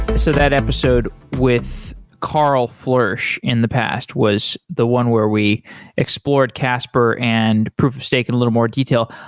so that episode with karl floersch in the past was the one where we explored casper and proof of stake in a little more detail.